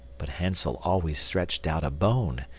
but hansel always stretched out a bone,